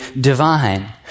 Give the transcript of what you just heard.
divine